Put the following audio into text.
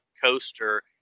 coaster